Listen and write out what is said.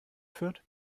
fürth